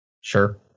sure